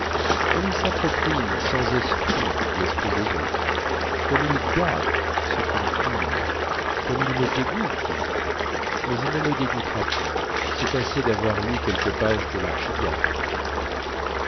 comme il s'approprie sans esprit l'esprit des autres comme il gâte ce qu'il pille comme il me dégoûte mais il ne me dégoûtera plus c'est assez d'avoir lu quelques pages de